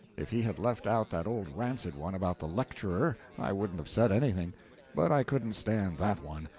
if he had left out that old rancid one about the lecturer i wouldn't have said anything but i couldn't stand that one.